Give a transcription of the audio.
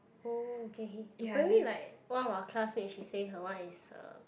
oh okay okay apparently like one of our classmate she say her one is a